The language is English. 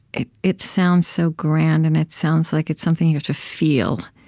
it it sounds so grand, and it sounds like it's something you have to feel.